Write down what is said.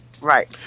right